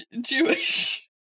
Jewish